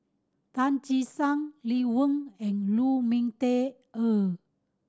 Tan Che Sang Lee Wen and Lu Ming Teh Earl